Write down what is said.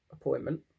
appointment